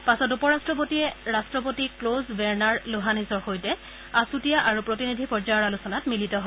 পাছত উপ ৰট্টপতিয়ে ৰাট্টপতি ক্লজ বেৰ্ণাৰ লোহানিছৰ সৈতে আচুতীয়া আৰু প্ৰতিনিধি পৰ্যায়ৰ আলোচনাত মিলিত হয়